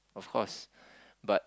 of course but